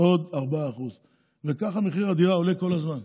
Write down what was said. עוד 4%. כך מחיר הדירה עולה כל הזמן.